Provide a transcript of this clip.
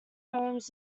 homes